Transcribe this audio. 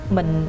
Mình